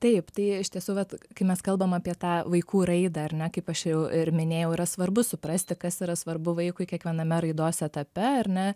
taip tai iš tiesų vat kai mes kalbam apie tą vaikų raidą ar ne kaip aš jau ir minėjau yra svarbu suprasti kas yra svarbu vaikui kiekviename raidos etape ar ne